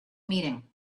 meeting